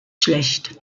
schlecht